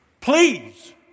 Please